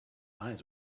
eyes